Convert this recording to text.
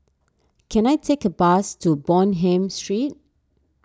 can I take a bus to Bonham Street